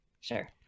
Sure